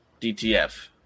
DTF